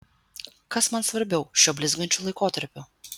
kas man svarbiau šiuo blizgančiu laikotarpiu